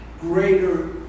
Greater